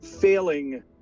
failing